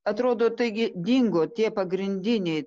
atrodo taigi dingo tie pagrindiniai